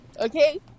Okay